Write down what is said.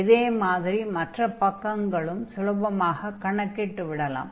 இதே மாதிரி மற்ற பக்கங்களுக்கும் சுலபமாகக் கணக்கிட்டு விடலாம்